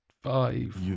five